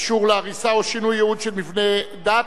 אישור להריסה או שינוי ייעוד מבנה דת),